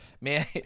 man